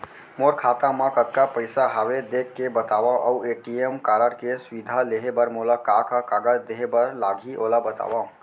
मोर खाता मा कतका पइसा हवये देख के बतावव अऊ ए.टी.एम कारड के सुविधा लेहे बर मोला का का कागज देहे बर लागही ओला बतावव?